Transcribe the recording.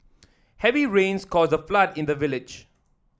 heavy rains caused a flood in the village